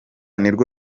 nirwo